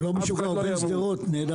הוא לא משוגע, הוא בן שדרות, נהדר.